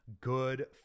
Good